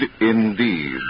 indeed